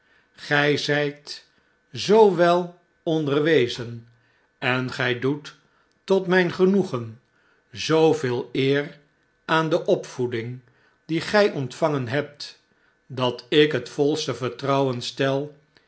gij zijt zoo wel onderwezen en gij doet tot mijn genoegen zooveel eer aan de opvoeding die gij ontvangen hebt dat ik het volste vertrouwen stel